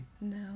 No